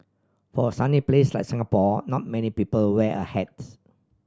for a sunny place like Singapore not many people wear a hat